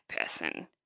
person